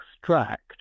extract